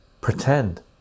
pretend